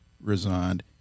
resigned